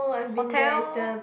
Hotel